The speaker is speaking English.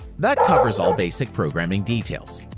that covers all basic programming details.